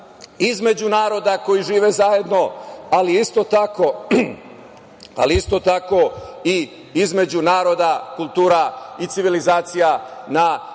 između naroda koji žive zajedno, ali isto tako i između naroda, kultura i civilizacija na